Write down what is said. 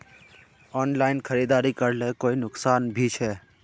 Online खरीदारी करले कोई नुकसान भी छे?